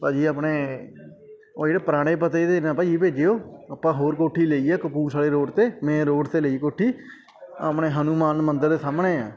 ਭਾਅ ਜੀ ਆਪਣੇ ਉਹ ਜਿਹੜੇ ਪੁਰਾਣੇ ਪਤੇ 'ਤੇ ਨਾ ਭਾਅ ਜੀ ਭੇਜਿਓ ਆਪਾਂ ਹੋਰ ਕੋਠੀ ਲਈ ਆ ਕਪੂਰਥਲੇ ਰੋਡ 'ਤੇ ਮੇਨ ਰੋਡ 'ਤੇ ਲਈ ਕੋਠੀ ਆਪਣੇ ਹਨੂੰਮਾਨ ਮੰਦਰ ਦੇ ਸਾਹਮਣੇ ਆ